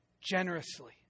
generously